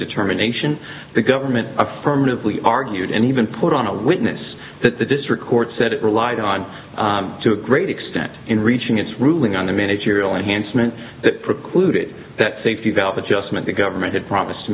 determination the government affirmatively argued and even put on a witness that the district court said it relied on to a great extent in reaching its ruling on a managerial enhancement that precluded that safety valve adjustment the government had promised